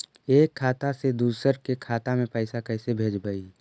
एक खाता से दुसर के खाता में पैसा कैसे भेजबइ?